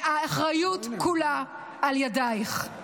והאחריות כולה על ידייך.